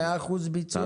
מאה אחוז ביצוע?